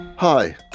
Hi